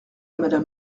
madame